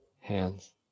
hands